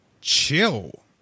chill